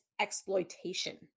exploitation